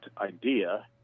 idea